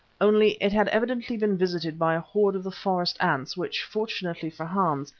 only it had evidently been visited by a horde of the forest ants which, fortunately for hans,